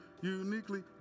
uniquely